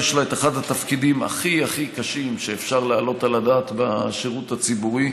יש לה אחד התפקידים הכי הכי קשים שאפשר להעלות על הדעת בשירות הציבורי.